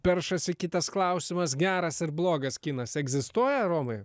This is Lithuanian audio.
peršasi kitas klausimas geras ir blogas kinas egzistuoja romai